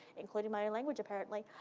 including my own language, apparently.